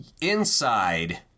inside